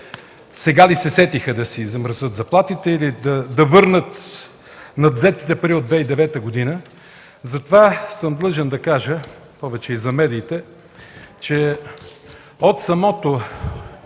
„Сега ли се сетиха да си замразят заплатите или да върнат надвзетите пари от 2009 г.?” Затова съм длъжен да кажа повече и за медиите, че от самото